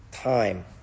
time